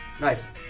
Nice